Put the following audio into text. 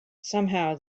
somehow